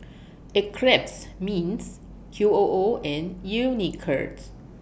Eclipse Mints Q O O and Unicurd